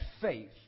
faith